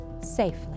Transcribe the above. safely